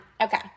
okay